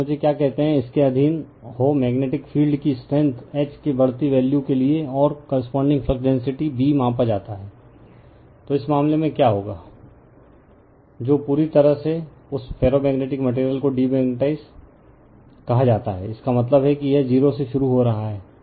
और मुझे क्या कहते हैं इसके अधीन हो मेग्नेटिक फील्ड की स्ट्रेंथ H के बढती वैल्यू के लिए और कोर्रेस्पोंडिंग फ्लक्स डेंसिटी B मापा जाता है तो इस मामले में क्या होगा जो पूरी तरह से उस फेरोमैग्नेटिक मटेरियल को डीमैग्नेटाइज कहा जाता है इसका मतलब है कि यह 0 से शुरू हो रहा है